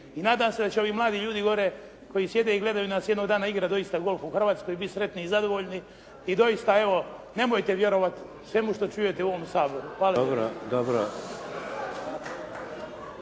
i nadam se da će ovi mladi ljudi gore koji sjede i gledaju nas jednog dana igrati doista golf u Hrvatskoj i biti sretni i zadovoljni i doista, evo nemojte vjerovati svemu što čujete u ovom Saboru. **Šeks,